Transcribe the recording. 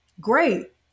great